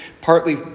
partly